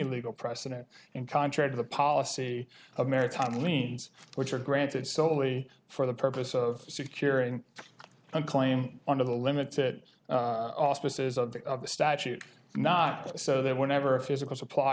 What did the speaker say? legal precedent and contrary to the policy of maritime liens which are granted solely for the purpose of securing a claim under the limited auspices of the of the statute not so that whenever a physical suppl